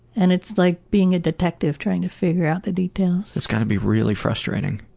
and, it's like being a detective trying to figure out the details. that's gotta be really frustrating.